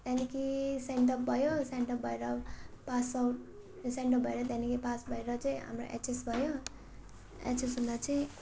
त्यहाँदेखि सेन्टअप भयो सेन्टअप भएर पासआउट सेन्टअप भएर त्यहाँदेखि पास भएर चाहिँ हाम्रो एचएस भयो एचएस हुँदा चाहिँ